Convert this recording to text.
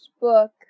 book